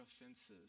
offenses